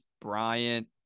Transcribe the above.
Bryant